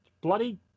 Bloody